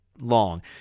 long